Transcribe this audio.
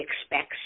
expects